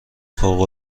فوق